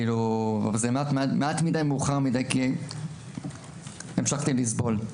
אבל זה מעט מדי ומאוחר מדי כי המשכתי לסבול.